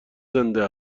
زنده